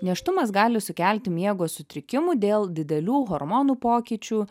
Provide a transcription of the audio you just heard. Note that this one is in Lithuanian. nėštumas gali sukelti miego sutrikimų dėl didelių hormonų pokyčių